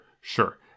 sure